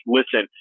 listen